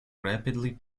rapidly